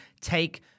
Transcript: take